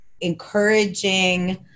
encouraging